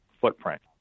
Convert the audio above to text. footprint